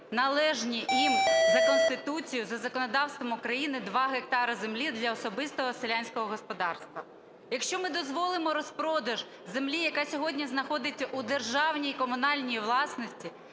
належні їм за Конституцією, за законодавством України 2 гектари землі для особистого і селянського господарства. Якщо ми дозволимо розпродаж землі, яка сьогодні знаходиться у державній і комунальній власності,